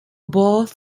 both